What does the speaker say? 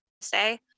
say